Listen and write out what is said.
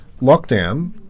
lockdown